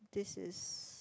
this is